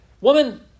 Woman